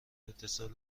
اتصال